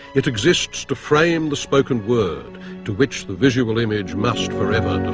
it exists to frame the spoken word to which the visual image must forever